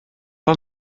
pas